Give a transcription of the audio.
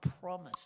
promise